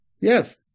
Yes